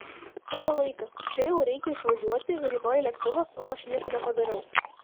eina laikas čia jau reikia išvažiuoti rytoj lėktuvas o aš nieko nepadariau